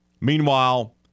Meanwhile